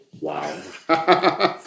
Wow